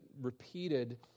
repeated